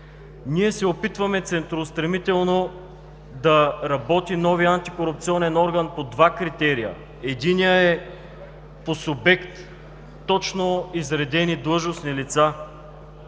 ние се опитваме центростремително да работи новият антикорупционен орган по два критерия. Единият е по субект, точно изредени длъжностни лица.